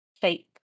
shape